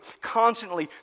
constantly